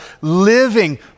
living